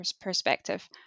perspective